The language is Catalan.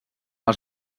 els